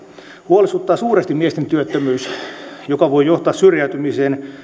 huolestuttaa suuresti miesten työttömyys joka voi johtaa syrjäytymiseen